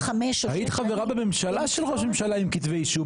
היית חברה בממשלה עם ראש ממשלה שהיו לו כתבי אישום.